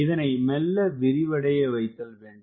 இதனை மெல்ல விரிவடைய வைத்தல் வேண்டும்